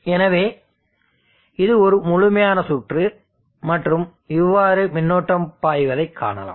எனவே இது ஒரு முழுமையான சுற்று மற்றும் இவ்வாறு மின்னோட்டம் பாய்வதை காணலாம்